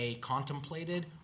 contemplated